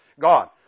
God